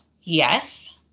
Yes